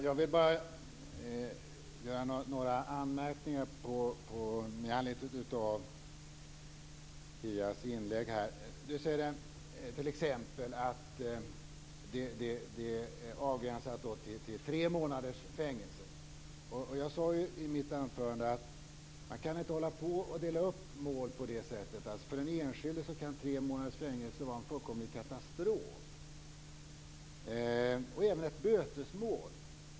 Fru talman! Jag vill göra några anmärkningar med anledning av Kia Andreassons inlägg. Hon säger att användningen är avgränsad till mål där det kan bli fråga om högst tre månaders fängelse. Jag sade i mitt anförande att man inte kan dela upp mål på det sättet. För den enskilde kan tre månaders fängelse vara en fullkomlig katastrof. Det kan även gälla ett bötesmål.